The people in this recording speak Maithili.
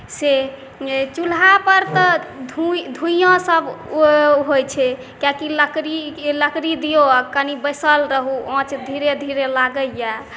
से चुल्हापर तऽ धुइआँसभ होइत छै किआकि लकड़ी दियौ आओर कनि बैसल रहू आँच धीरे धीरे लागैए